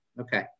okay